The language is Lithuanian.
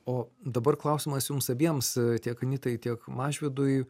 o dabar klausimas jums abiems tiek anitai tiek mažvydui